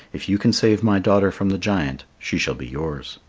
if you can save my daughter from the giant, she shall be yours.